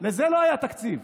לזה לא היה תקציב.